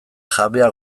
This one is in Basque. jabea